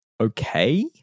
okay